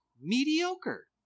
mediocre